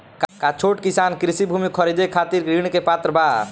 का छोट किसान कृषि भूमि खरीदे के खातिर ऋण के पात्र बा?